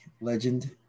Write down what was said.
legend